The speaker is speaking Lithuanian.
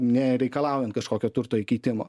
nereikalaujant kažkokio turto įkeitimo